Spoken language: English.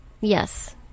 Yes